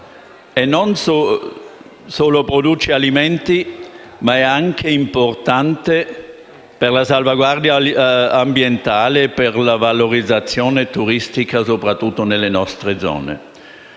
e non solo produce alimenti, ma è anche importante per la salvaguardia ambientale e per la valorizzazione turistica, soprattutto nelle nostre zone.